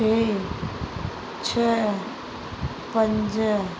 टे छह पंज